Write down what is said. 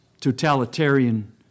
totalitarian